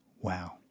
Wow